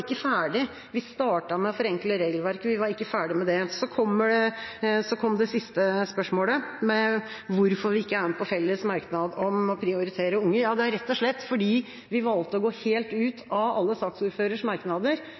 ferdig. Vi startet med å forenkle regelverket, og vi var ikke ferdig med det. Så til det siste spørsmålet, hvorfor vi ikke er med på en felles merknad om å prioritere unge. Det er rett og slett fordi vi valgte å gå